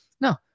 no